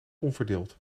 onverdeeld